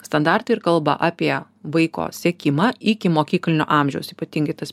standartai ir kalba apie vaiko sekimą iki mokyklinio amžiaus ypatingai tas